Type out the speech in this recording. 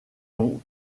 longs